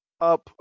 up